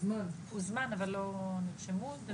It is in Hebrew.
הוזמן אבל לא נרשמו.